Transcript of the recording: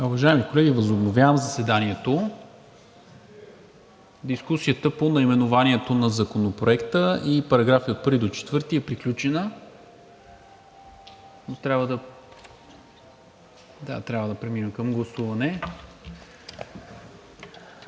Уважаеми колеги, възобновявам заседанието. Дискусията по наименованието на Законопроекта и параграфи 1 – 4 е приключена. Трябва да преминем към гласуване.